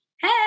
Hey